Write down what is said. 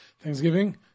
Thanksgiving